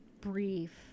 brief